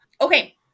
okay